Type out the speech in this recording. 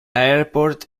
airport